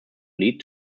lead